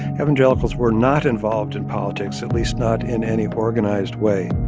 evangelicals were not involved in politics at least not in any organized way